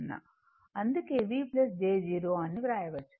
అందుకే V j 0 అని వ్రాయవచ్చు